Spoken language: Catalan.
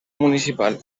municipal